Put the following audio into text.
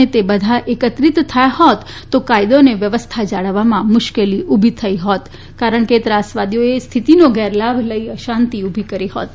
અને તે બધા એકત્રિત થયા હોત તો કાયદો અને વ્યવસ્થા જાળવવામાં મુશ્કેલી ઉભી થઇ શકી હોત કારણ કે ત્રાસવાદીઓએ હ્ય્થતિનો ગેરલાભ લઇને અશાંતિ ઉભી કરી હોત